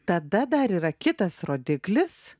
tada dar yra kitas rodiklis